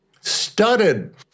studded